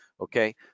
Okay